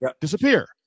disappear